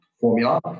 formula